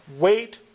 Wait